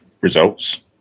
results